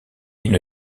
une